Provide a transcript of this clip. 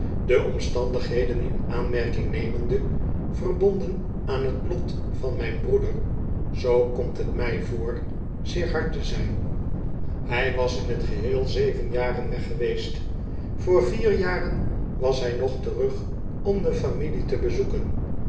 de omstandigheden in aanmerking nemende verbonden aan t lot van mijn broeder zoo komt j t mij voor zeer hard te zijn hij was in een reiziger die geen handel dkïjet t geheel zeven jaren weg geweest voor vier jaren was hij nog terug om de familie te bezoeken